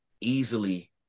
easily